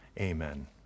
Amen